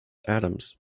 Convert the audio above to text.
adams